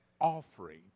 offering